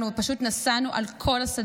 ופשוט נסענו על כל השדה,